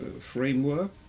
framework